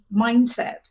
mindset